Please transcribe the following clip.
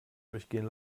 durchgehen